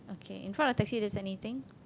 K in front of the taxi there's anything